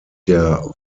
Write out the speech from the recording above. der